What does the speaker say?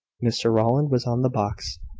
mr rowland was on the box.